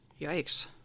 Yikes